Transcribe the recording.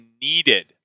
needed